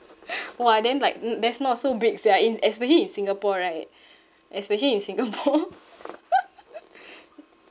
!wah! then like mm that's not so big sia in especially in singapore right especially in singapore